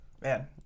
man